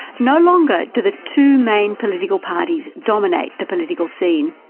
no longer do the two main political parties dominate the political scene.